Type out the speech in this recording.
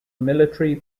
military